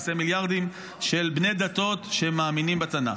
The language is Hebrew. למעשה מיליארדים של בני דתות שמאמינים בתנ"ך.